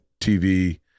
TV